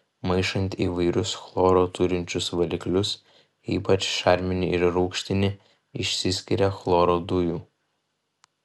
maišant įvairius chloro turinčius valiklius ypač šarminį ir rūgštinį išsiskiria chloro dujų